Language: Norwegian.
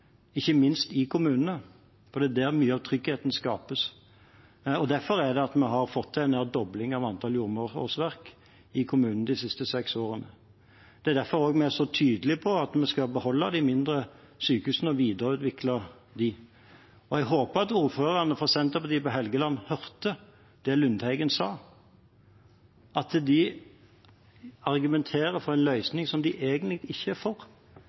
ikke minst i kommunene, for det er der mye av tryggheten skapes. Det er derfor vi har fått til en nær dobling av antallet jordmorårsverk i kommunene i de siste seks årene. Det er også derfor vi er så tydelige på at vi skal beholde de mindre sykehusene og videreutvikle dem. Jeg håper at ordførerne fra Senterpartiet på Helgeland hørte det Lundteigen sa: at de argumenterer for en løsning som de egentlig ikke er for.